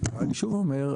אני שוב אומר,